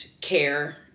care